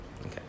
Okay